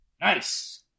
Nice